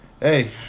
hey